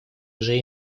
уже